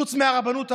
חוץ מהרבנות הראשית.